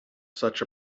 such